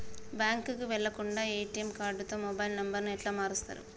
బ్యాంకుకి వెళ్లకుండా ఎ.టి.ఎమ్ కార్డుతో మొబైల్ నంబర్ ఎట్ల మారుస్తరు?